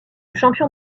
champion